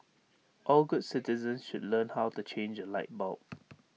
all good citizens should learn how to change A light bulb